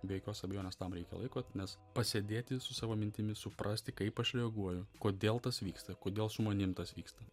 be jokios abejonės tam reikia laiko nes pasėdėti su savo mintimis suprasti kaip aš reaguoju kodėl tas vyksta kodėl su manim tas vyksta